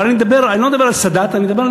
אבל אני לא מדבר על סאדאת, אני מדבר על